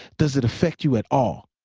does it affect you at all?